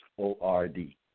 O-R-D